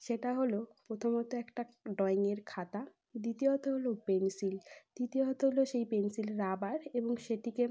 সেটা হল প্রথমত একটা ডয়িংয়ের খাতা দ্বিতীয়ত হল পেন্সিল তৃতীয়ত হল সেই পেন্সিল রাবার এবং সেটিকে